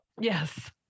yes